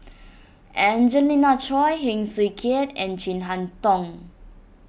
Angelina Choy Heng Swee Keat and Chin Harn Tong